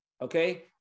okay